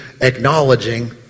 acknowledging